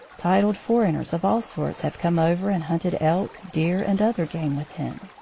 titled foreigners of all sorts have come over and hunted elk, deer, and other game with him.